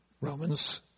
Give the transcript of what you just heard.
Romans